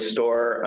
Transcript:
Store